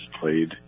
played